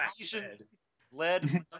Asian-led